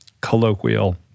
colloquial